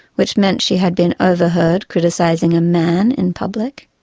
which meant she had been overheard criticising a man in public.